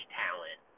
talent